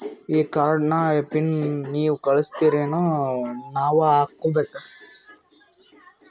ಈ ಕಾರ್ಡ್ ನ ಪಿನ್ ನೀವ ಕಳಸ್ತಿರೇನ ನಾವಾ ಹಾಕ್ಕೊ ಬೇಕು?